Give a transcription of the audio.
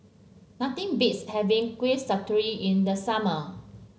nothing beats having Kuih Sasturi in the summer